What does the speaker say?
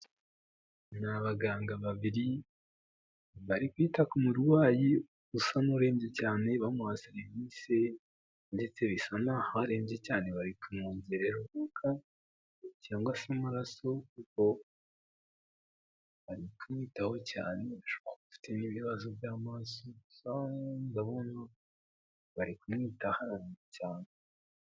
Ni abaganga babiri, bari kwita ku murwayi usa n'urembye cyane bamuha serivise ndetse bisa naho barembye cyane bari kumwongeka, cyangwa se amaraso, kuko ari kumwitaho cyane ashobora kuba afite n'ibibazo by'amaso bari kumwitaho cyane.